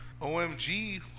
OMG